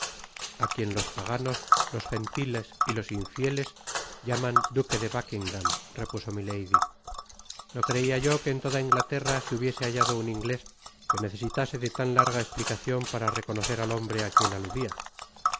a quien los paganos los gentiles y los infieles llaman duque de buckingam repuso milady no creia yo que en toda inglaterra se hubiese hallado un inglés que necesitase de tan larga esplicacion para reconocer al hombre á quien aludia